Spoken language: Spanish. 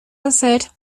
hacer